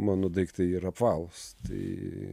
mano daiktai yra apvalūs tai